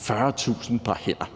40.000 par hænder?